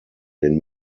den